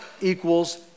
equals